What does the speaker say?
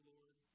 Lord